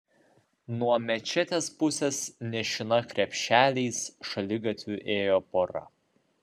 nuo mečetės pusės nešina krepšeliais šaligatviu ėjo pora